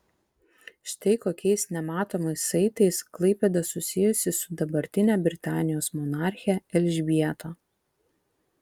štai kokiais nematomais saitais klaipėda susijusi su dabartine britanijos monarche elžbieta